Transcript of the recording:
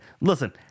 listen